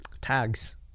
tags